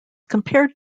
compared